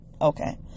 Okay